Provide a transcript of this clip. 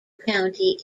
county